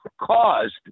caused